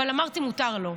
אבל אמרתי: מותר לו,